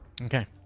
Okay